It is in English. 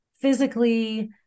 Physically